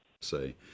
say